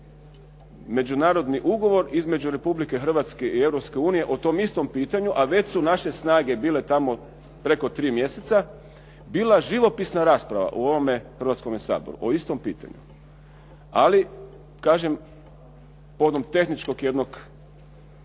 međunarodni ugovor između Republike Hrvatske i Europske unije o tom istom pitanju a već su naše snage bile tamo preko 3 mjeseca bila živopisna rasprava u ovome Hrvatskome saboru o istom pitanju. Ali kažem, povodom tehničkog jednog